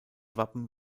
wappen